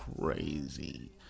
crazy